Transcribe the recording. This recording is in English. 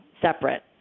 separate